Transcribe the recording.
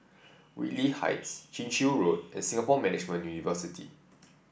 Whitley Heights Chin Chew Road and Singapore Management University